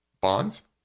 bonds